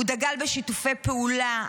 הוא דגל בשיתופי פעולה,